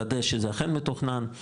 לוודא שזה אכן מתוכנן.